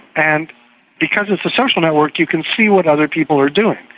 and because it's a social network you can see what other people are doing.